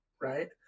right